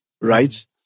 right